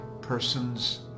person's